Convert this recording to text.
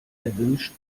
erwünscht